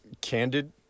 candid